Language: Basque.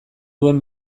duen